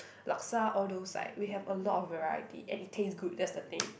laksa all those like we have a lot of variety and it tastes good that's the thing